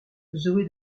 zoé